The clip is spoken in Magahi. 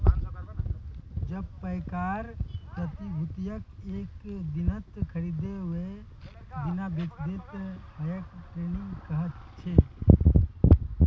जब पैकार प्रतिभूतियक एक दिनत खरीदे वेय दिना बेचे दे त यहाक डे ट्रेडिंग कह छे